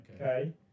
okay